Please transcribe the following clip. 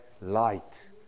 light